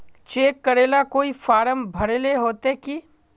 Cheque करेला कोई form भरेले होते की?